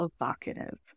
evocative